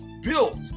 built